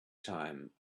time